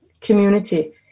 community